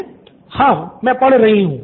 student 2 हां मैं पढ़ाई कर रही हूँ